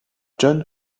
john